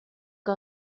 que